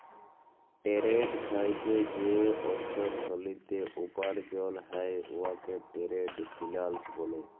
trade থ্যাইকে যে অথ্থলিতি উপার্জল হ্যয় উয়াকে টেরেড ফিল্যাল্স ব্যলে